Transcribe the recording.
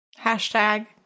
Hashtag